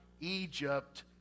Egypt